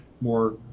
more